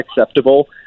acceptable